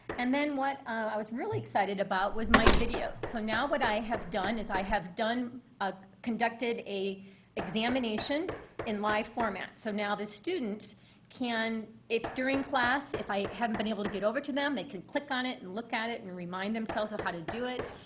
and then what i was really excited about was my videos. so now what i have done is i have ah conducted an examination in live format. so now the students can, if during class, if i haven't been able to get over to them, they could click on it and look at it and remind themselves of how to do it.